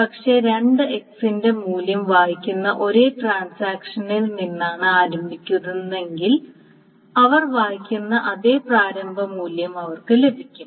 പക്ഷേ രണ്ടും x ന്റെ മൂല്യം വായിക്കുന്ന ഒരേ ട്രാൻസാക്ഷനിൽ നിന്നാണ് ആരംഭിക്കുന്നതെങ്കിൽ അവർ വായിക്കുന്ന അതേ പ്രാരംഭ മൂല്യം അവർക്ക് ലഭിക്കും